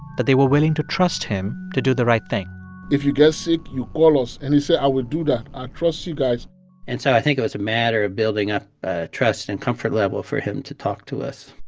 that they were willing to trust him to do the right thing if you get sick, you call us. and he said, i will do that. i trust you guys and so i think it was a matter of building up ah trust and comfort level for him to talk to us